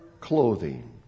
clothing